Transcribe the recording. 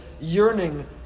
yearning